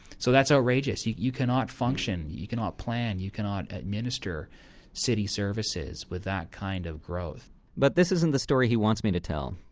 so that's outrageous. you you cannot function. you cannot plan. you cannot administer city services with that kind of growth but this isn't the story he wants me to tell.